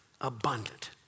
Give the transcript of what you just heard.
abundant